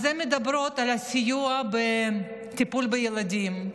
אז הן מדברות על הסיוע בטיפול בילדים,